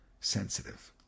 sensitive